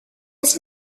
his